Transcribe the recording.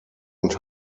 und